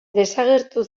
desagertu